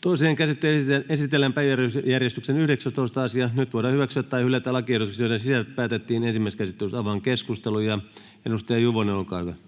Toiseen käsittelyyn esitellään päiväjärjestyksen 20. asia. Nyt voidaan hyväksyä tai hylätä lakiehdotukset, joiden sisällöstä päätettiin ensimmäisessä käsittelyssä. — Avaan keskustelun. Edustaja Juvonen, olkaa hyvä.